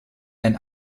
ein